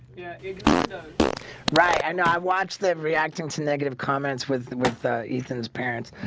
yeah ignore those right, and i watch them reacting to negative comments with with ethan's parents